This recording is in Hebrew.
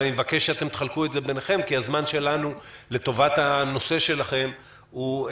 אבל אני מבקש שתחלקו את זה ביניכם כי הזמן שלנו לטובת הנושא שלכם מוגבל.